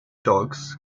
dogs